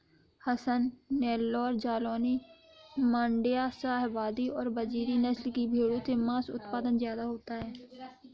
हसन, नैल्लोर, जालौनी, माण्ड्या, शाहवादी और बजीरी नस्ल की भेंड़ों से माँस उत्पादन ज्यादा होता है